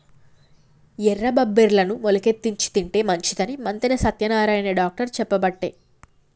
ఎర్ర బబ్బెర్లను మొలికెత్తిచ్చి తింటే మంచిదని మంతెన సత్యనారాయణ డాక్టర్ చెప్పబట్టే